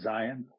Zion